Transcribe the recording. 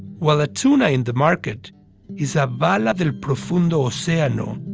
while a tuna in the market is a bala del profundo oceano,